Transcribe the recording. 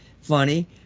funny